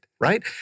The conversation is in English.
right